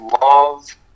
love